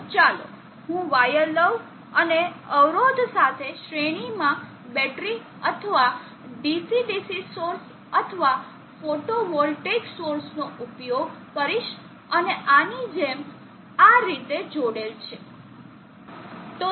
તો ચાલો હું વાયર લઉં અને અવરોધ સાથે શ્રેણીમાં બેટરી અથવા ડીસી સોર્સ અથવા ફોટોવોલ્ટેઇક સોર્સનો ઉપયોગ કરીશ અને આની જેમ આ રીતે જોડેલ છે